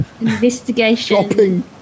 investigation